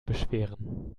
beschweren